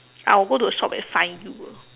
I will go to the shop and find you ah